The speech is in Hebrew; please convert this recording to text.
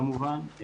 כמובן.